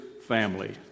family